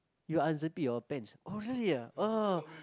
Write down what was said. you unzipped your pants oh really ah oh